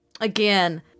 again